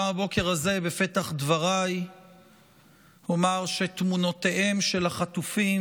גם הבוקר הזה בפתח דבריי אומר שתמונותיהם של החטופים